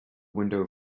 window